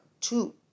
Two